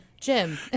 Jim